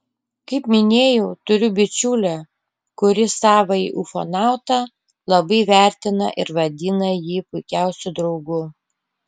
kaip minėjau turiu bičiulę kuri savąjį ufonautą labai vertina ir vadina jį puikiausiu draugu